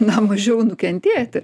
na mažiau nukentėti